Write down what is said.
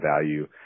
value